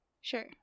Sure